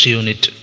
unit